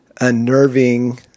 unnerving